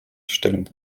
stellung